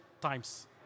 times